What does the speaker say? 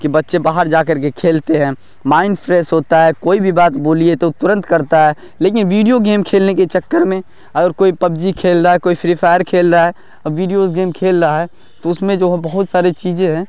کہ بچے باہر جا کر کے کھیلتے ہیں مائنڈ فریس ہوتا ہے کوئی بھی بات بولیے تو ترنت کرتا ہے لیکن ویڈیو گیمس کھیلنے کے چکر میں اگر کوئی پب جی کھیل رہا ہے کوئی فری فائر کھیل رہا ہے اور ویڈیوز گیمس کھیل رہا ہے تو اس میں جو ہے بہت ساری چیزیں ہیں